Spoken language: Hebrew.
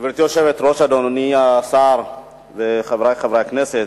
גברתי היושבת-ראש, אדוני השר וחברי חברי הכנסת,